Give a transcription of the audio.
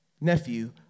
nephew